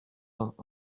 vingt